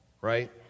right